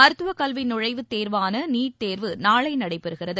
மருத்துவக் கல்வி நுழைவுத்தேர்வான நீட் தேர்வு நாளை நடைபெறுகிறது